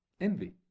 envy